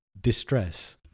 Distress